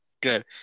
good